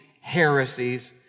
heresies